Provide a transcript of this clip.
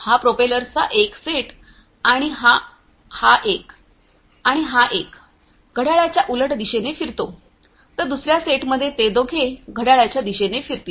हा प्रोपेलर्सचा एक सेट हा एक आणि हा एक घड्याळाच्या उलट दिशेने फिरतो तर दुसर्या सेटमध्ये हे दोघे घड्याळाच्या दिशेने फिरतील